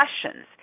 questions